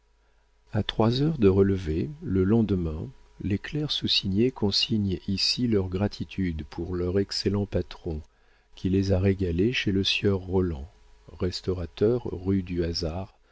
a trois heures de relevée le lendemain les clercs soussignés consignent ici leur gratitude pour leur excellent patron qui les a régalés chez le sieur rolland restaurateur rue du hasard